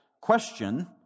question